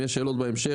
אם יהיו שאלות בהמשך,